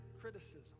criticism